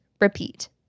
repeat